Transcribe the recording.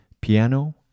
piano